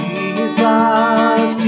Jesus